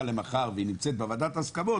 למחר והיא נמצאת בוועדת ההסכמות,